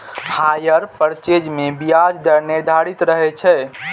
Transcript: hire purchase मे ब्याज दर निर्धारित रहै छै